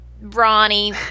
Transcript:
Ronnie